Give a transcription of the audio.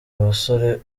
abasore